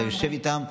אתה יושב איתם.